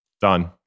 Done